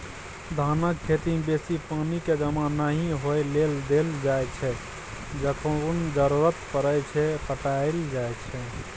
धानक खेती मे बेसी पानि केँ जमा नहि होइ लेल देल जाइ छै जखन जरुरत परय छै पटाएलो जाइ छै